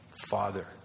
father